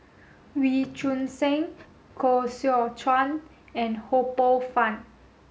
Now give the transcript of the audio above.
Wee Choon Seng Koh Seow Chuan and Ho Poh Fun